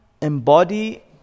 embody